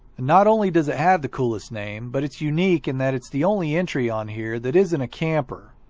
not only does it have the coolest name but it's unique in that it's the only entry on here that isn't a camper.